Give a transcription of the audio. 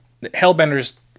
hellbenders